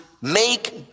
make